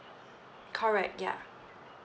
correct ya